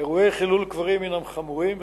אירועי חילול קברים הם חמורים,